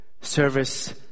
service